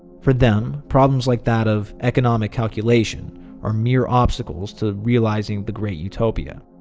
for them, problems like that of economic calculation are mere obstacles to realizing the great utopia.